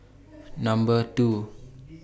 Number two